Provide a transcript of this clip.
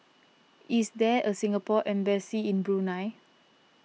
is there a Singapore Embassy in Brunei